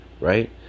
Right